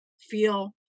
feel